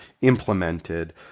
implemented